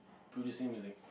producing music